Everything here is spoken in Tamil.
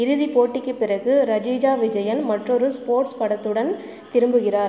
இறுதி போட்டிக்குப் பிறகு ரஜிஷா விஜயன் மற்றொரு ஸ்போர்ட்ஸ் படத்துடன் திரும்புகிறார்